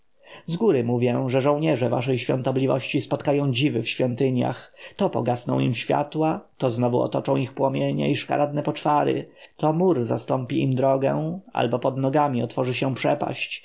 zgóry mówię że żołnierze waszej świątobliwości spotkają dziwy w świątyniach to pogasną im światła to znowu otoczą ich płomienie i szkaradne poczwary to mur zastąpi im drogę albo pod nogami otworzy się przepaść